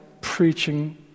preaching